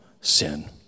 sin